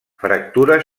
fractura